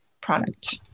product